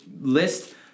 list